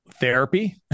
Therapy